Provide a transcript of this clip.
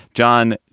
john.